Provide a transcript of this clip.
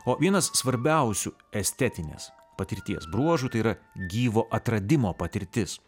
o vienas svarbiausių estetinės patirties bruožų tai yra gyvo atradimo patirtis